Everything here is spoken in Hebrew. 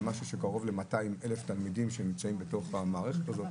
זה משהו שקרוב ל-200,000 תלמידים שנמצאים בתוך המערכת הזאת.